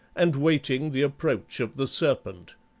and waiting the approach of the serpent.